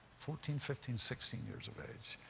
fourteen, fifteen, sixteen years of age,